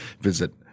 visit